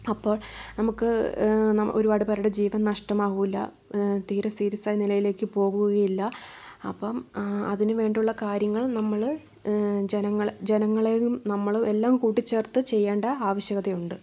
അപ്പോൾ നമുക്ക് ഒരുപാട് പേരുടെ ജീവൻ നഷ്ടമാകില്ല തീരെ സീരിയസ്സായ നിലയിലേക്ക് പോകുകയില്ല അപ്പം അതിനു വേണ്ടിയുള്ള കാര്യങ്ങൾ നമ്മൾ ജനങ്ങൾ ജനങ്ങളേയും നമ്മളും എല്ലാം കൂട്ടിച്ചേർത്ത് ചെയ്യേണ്ട ആവശ്യകതയുണ്ട്